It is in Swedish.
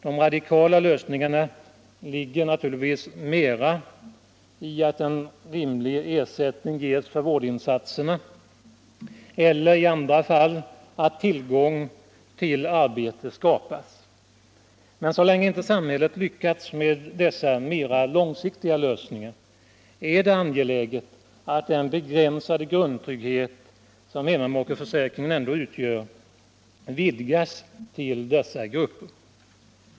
De radikala lösningarna ligger naturligtvis mera i att en rimlig ersättning ges för vårdinsatserna eller i andra fall att tillgång till arbete skapas. Men så länge inte samhället lyckats med dessa mera långsiktiga lösningar är det angeläget att den begränsade grundtrygghet som hemmamakeförsäkringen ändå utgör vidgas till att omfatta även dessa grupper.